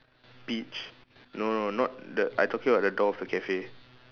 peach no no not the I talking about the door of the cafe